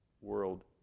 world